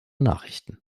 nachrichten